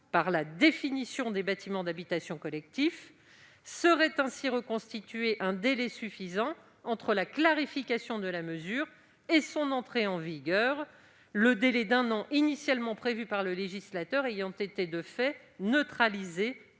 par la définition des « bâtiments d'habitation collectifs ». Serait ainsi reconstitué un délai suffisant entre la clarification de la mesure et son entrée en vigueur, le délai d'un an initialement prévu par le législateur ayant été de fait neutralisé